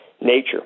nature